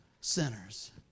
sinners